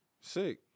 Sick